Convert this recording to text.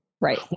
right